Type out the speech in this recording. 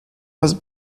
was